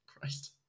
Christ